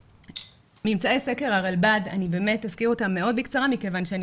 אזכיר את ממצאי סקר הרלב"ד מאוד בקצרה מכיוון שאני